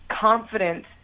confidence